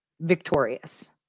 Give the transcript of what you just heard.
victorious